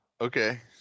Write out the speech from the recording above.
Okay